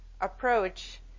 approach